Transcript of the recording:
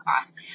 cost